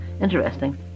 interesting